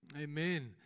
amen